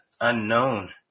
unknown